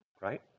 right